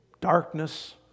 darkness